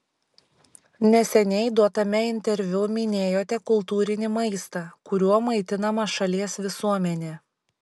neseniai duotame interviu minėjote kultūrinį maistą kuriuo maitinama šalies visuomenė